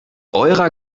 eurer